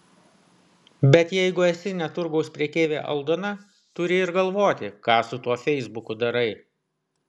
bet jeigu esi ne turgaus prekeivė aldona turi ir galvoti ką su tuo feisbuku darai